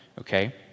Okay